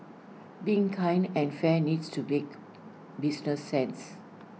being kind and fair needs to make business sense